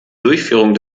durchführung